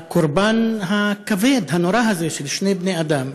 לקורבן הכבד, הנורא הזה, של שני בני-אדם.